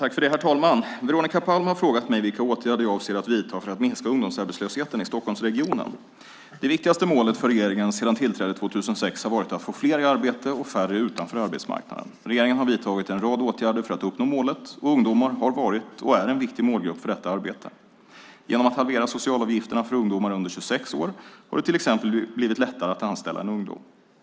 Herr talman! Veronica Palm har frågat mig vilka åtgärder jag avser att vidta för att minska ungdomsarbetslösheten i Stockholmsregionen. Det viktigaste målet för regeringen sedan den tillträdde 2006 har varit att få fler i arbete och färre utanför arbetsmarknaden. Regeringen har vidtagit en rad åtgärder för att uppnå målet, och ungdomar har varit och är en viktig målgrupp för detta arbete. Genom att halvera socialavgifterna för ungdomar under 26 år har det till exempel blivit lättare att anställa en ungdom.